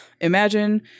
Imagine